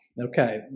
Okay